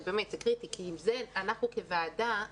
זה קריטי, כי עם זה אנחנו כוועדה --- יעל,